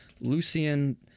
lucian